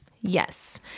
Yes